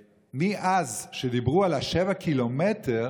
ומאז שדיברו על ה-7 קילומטר,